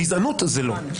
גזענות זה לא.